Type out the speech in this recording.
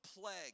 plague